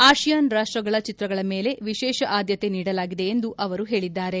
ಆಶಿಯಾನ್ ರಾಷ್ಟಗಳ ಚಿತ್ರಗಳ ಮೇಲೆ ವಿಶೇಷ ಆದ್ಯತೆ ನೀಡಲಾಗಿದೆ ಎಂದು ಅವರು ಹೇಳಿದ್ದಾರೆ